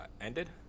ended